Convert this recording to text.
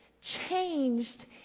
changed